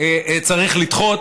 צריך לדחות,